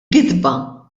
gidba